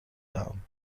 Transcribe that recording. دهم